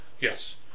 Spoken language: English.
Yes